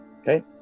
Okay